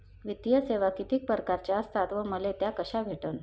वित्तीय सेवा कितीक परकारच्या असतात व मले त्या कशा भेटन?